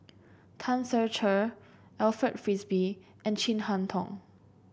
Tan Ser Cher Alfred Frisby and Chin Harn Tong